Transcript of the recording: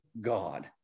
God